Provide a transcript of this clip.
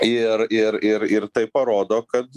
ir ir ir ir tai parodo kad